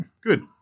good